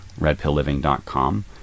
redpillliving.com